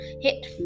Hit